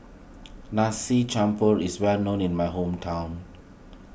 Nasi Campur is well known in my hometown